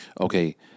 Okay